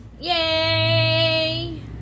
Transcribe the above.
Yay